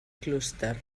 clúster